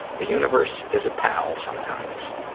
the universe is a pal sometimes.